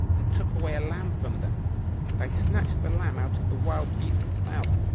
and took away a lamb from them and i snatched the lamb out of the wild beast's mouth,